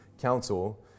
council